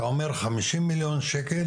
אתה אומר חמישים מיליון שקל